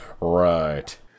Right